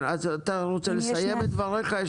אתה רוצה לסיים את דבריך?